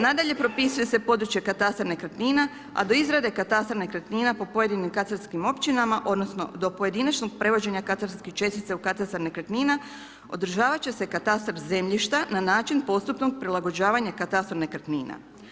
Nadalje propisuje se područje katastra nekretnina a to izrade katastra nekretnina po pojedinim katastarskim općinama odnosno do pojedinačnog prevođenje katastarskih čestica u katastar nekretnina, održava će se katastar zemljišta na način postupnog prilagođavanja katastra nekretnina.